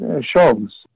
shows